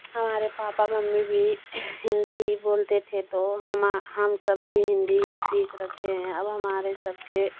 हमारे papa mummy भी हिंदी ही बोलते थे तो हमा हम सब भी हिंदी ही सीख रखे हैं अब हमारे सबके